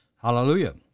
Hallelujah